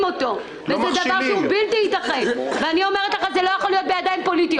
אני אומרת לכם שזה לא יכול להיות בידיים פוליטיות.